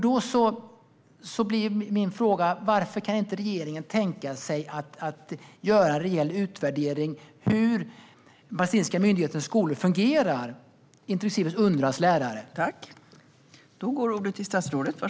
Då blir min fråga: Varför kan regeringen inte tänka sig att göra en reell utvärdering av hur den palestinska myndighetens skolor, inklusive Unrwas lärare, fungerar?